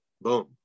boom